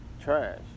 trash